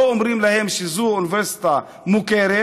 לא אומרים להם: זו אוניברסיטה מוכרת,